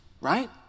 right